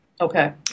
Okay